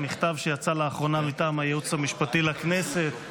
יש מכתב שיצא לאחרונה מטעם הייעוץ המשפטי לכנסת,